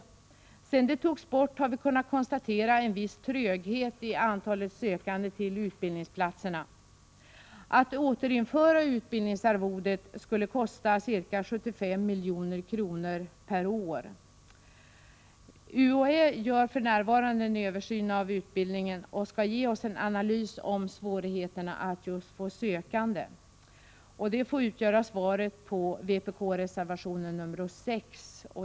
Sedan det togs bort har vi kunnat konstatera en viss tröghet när det gäller antalet sökande till utbildningsplatserna. Att återinföra utbildningsarvodet skulle kosta ca 75 milj.kr./år. UHÄ gör för närvarande en översyn av utbildningen och skall ge oss en analys av svårigheterna att få sökande. Detta får utgöra svaret på vpk-reservationen nr 6.